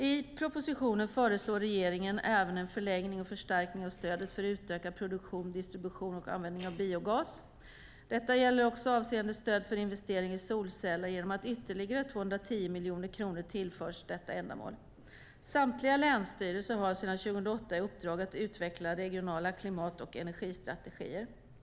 I propositionen föreslår regeringen även en förlängning och förstärkning av stödet för utökad produktion, distribution och användning av biogas. Detta gäller också avseende stödet för investering i solceller genom att ytterligare 210 miljoner kronor tillförs det ändamålet. Samtliga länsstyrelser har sedan 2008 i uppdrag att utveckla regionala klimat och energistrategier.